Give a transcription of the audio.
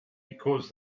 because